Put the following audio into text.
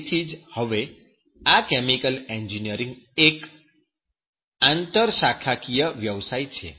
તેથી જ હવે આ કેમિકલ એન્જિનિયરીંગ એ આંતરશાખાકીય વ્યવસાય છે